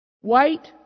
White